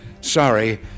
sorry